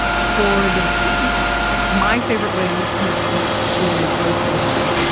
for the beets, my favorite way to make beets is roasting them.